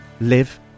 live